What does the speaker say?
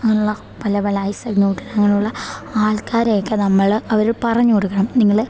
അങ്ങനെ ഉള്ള പല പല ഐസക്ക് ന്യൂട്ടൻ അങ്ങനെയുള്ള ആൾക്കാരെയൊക്കെ നമ്മൾ അവർക്ക് പറഞ്ഞു കൊടുക്കണം നിങ്ങൾ